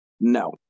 No